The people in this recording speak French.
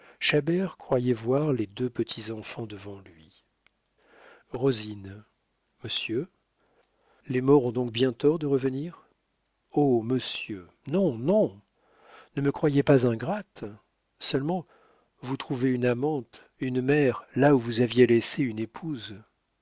croyait voir les deux petits enfants devant lui rosine monsieur les morts ont donc bien tort de revenir oh monsieur non non ne me croyez pas ingrate seulement vous trouvez une amante une mère là où vous aviez laissé une épouse